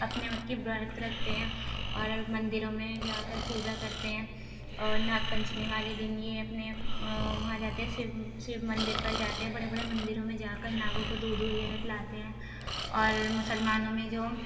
اپنے مت کے ورت رکھتے ہیں اور مندروں میں جا کر پوجا کرتے ہیں اور ناگ پنچمی والے دن یہ اپنے وہاں جاتے ہیں شیو شیو مندر پر جاتے ہیں بڑے بڑے مندروں میں جا کر ناگوں کو دودھ ودھ یہ ہے پلاتے ہیں اور مسلمانوں میں جو